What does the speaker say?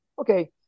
okay